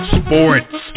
sports